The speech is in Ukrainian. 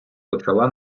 почала